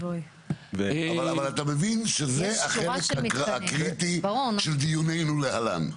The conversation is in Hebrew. אבל אתה מבין שזה החלק הקריטי של דיוננו להלן.